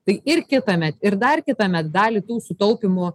tai ir kitąmet ir dar kitąmet dalį tų sutaupymų